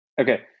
Okay